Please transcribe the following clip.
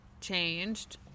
changed